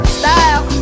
style